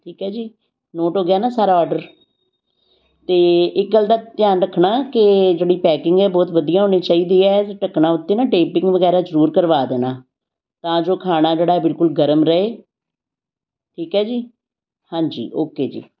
ਠੀਕ ਹੈ ਜੀ ਨੋਟ ਹੋ ਗਿਆ ਨਾ ਸਾਰਾ ਔਡਰ ਤੇ ਇੱਕ ਗੱਲ ਦਾ ਧਿਆਨ ਰੱਖਣਾ ਕਿ ਜਿਹੜੀ ਪੈਕਿੰਗ ਹੈ ਬਹੁਤ ਵਧੀਆ ਹੋਣੀ ਚਾਹੀਦੀ ਹੈ ਢੱਕਣਾ ਉੱਤੇ ਨਾ ਟੇਪਿੰਗ ਵਗੈਰਾ ਜ਼ਰੂਰ ਕਰਵਾ ਦੇਣਾ ਤਾਂ ਜੋ ਖਾਣਾ ਜਿਹੜਾ ਬਿਲਕੁਲ ਗਰਮ ਰਹੇ ਠੀਕ ਹੈ ਜੀ ਹਾਂਜੀ ਓਕੇ ਜੀ